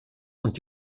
und